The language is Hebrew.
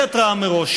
בלי התראה מראש,